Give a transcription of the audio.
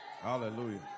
Hallelujah